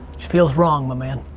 she feels wrong my man.